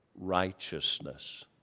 righteousness